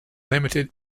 limited